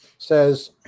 Says